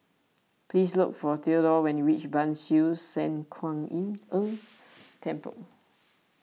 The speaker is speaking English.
please look for theodore when you reach Ban Siew San Kuan Im Tng Temple